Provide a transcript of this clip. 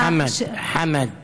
חַמַד, חַמַד, חַמַד.